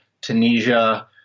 Tunisia